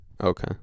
Okay